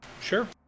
Sure